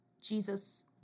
Jesus